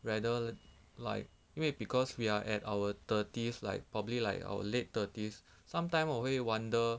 rather like 因为 because we're at our thirties like probably like our late thirties sometime 我会 wonder